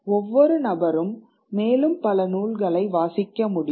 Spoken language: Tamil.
ஒவ்வொரு நபரும் மேலும் பல நூல்களை வாசிக்க முடியும்